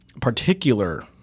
particular